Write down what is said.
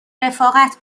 رفاقت